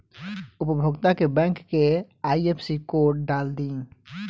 उपभोगता के बैंक के आइ.एफ.एस.सी कोड डाल दी